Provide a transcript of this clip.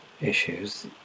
issues